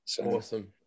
Awesome